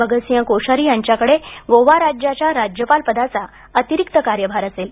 भगतसिंग कोश्यारी यांच्याकडे गोवा राज्याच्या राज्यपाल पदाचा अतिरिक्त कार्यभार असेल